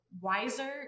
wiser